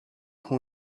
who